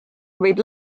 võib